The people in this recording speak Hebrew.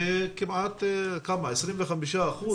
זה כמעט 25 אחוזים.